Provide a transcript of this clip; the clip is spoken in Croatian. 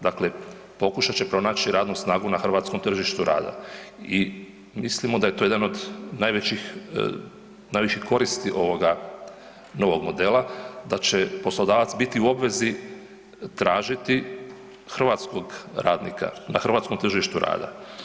Dakle, pokušat će pronaći radnu snagu na hrvatskom tržištu rada i mislimo da je to jedan od najvećih, najveće koristi ovoga modela da će poslodavac biti u obvezi tražiti hrvatskog radnika na hrvatskom tržištu rada.